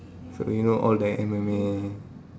so you know all the M_M_A